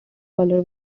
collar